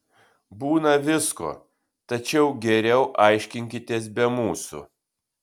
būna visko tačiau geriau aiškinkitės be mūsų